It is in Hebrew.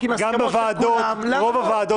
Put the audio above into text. גם רוב הוועדות